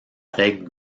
règle